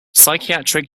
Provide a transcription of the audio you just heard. psychiatric